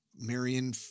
Marion